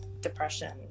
depression